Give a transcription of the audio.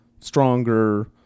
Stronger